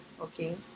okay